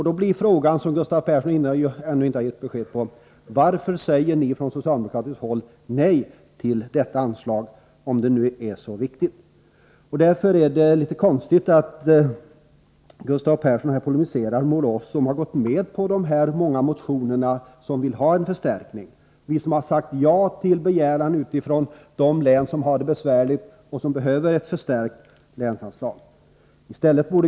Då blir frågan som Gustav Persson ännu inte har svarat på: Varför säger ni socialdemokrater nej till detta anslag, om det nu är så viktigt? Det är litet konstigt att Gustav Persson här polemiserar mot oss som har anslutit oss till de många motioner som föreslår en förstärkning av anslaget. Vi har sagt ja till en begäran från de län som har det besvärligt och därför behöver ett förstärkt länsanslag.